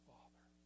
Father